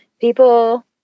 people